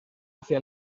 hacia